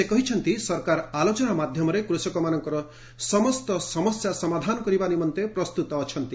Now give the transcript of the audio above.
ସେ କହିଛନ୍ତି ସରକାର ଆଲୋଚନା ମାଧ୍ୟମରେ କୃଷକମାନଙ୍କର ସମସ୍ତ ସମସ୍ୟା ସମାଧାନ କରିବା ନିମନ୍ତେ ପ୍ରସ୍ତୁତ ଅଛନ୍ତି